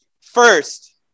First